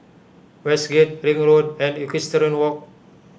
Westgate Ring Road and Equestrian Walk